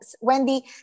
Wendy